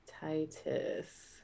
Titus